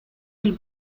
del